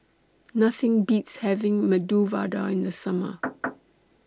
Nothing Beats having Medu Vada in The Summer